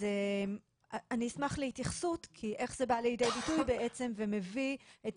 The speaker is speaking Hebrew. אז אני אשמח להתייחסות איך זה בא לידי ביטוי ומביא את